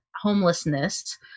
homelessness